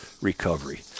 recovery